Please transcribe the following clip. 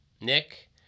Nick